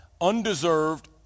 undeserved